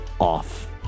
off